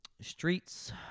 Streets